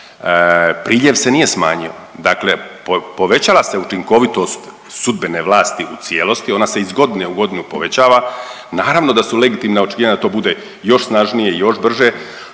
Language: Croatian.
priljev se nije smanjio, dakle povećala se učinkovitost sudbene vlasti u cijelosti, ona se iz godine u godinu povećava, naravno da su legitimna očekivanja da to bude još snažnije i još brže,